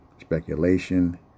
speculation